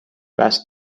بسط